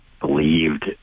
believed